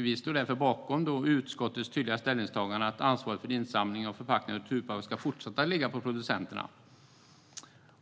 Vi står därför bakom utskottets tydliga ställningstagande att ansvaret för insamling av förpackningar och returpapper ska fortsätta att ligga på producenterna,